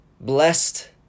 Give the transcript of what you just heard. blessed